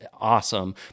awesome